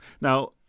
Now